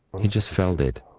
just felt it.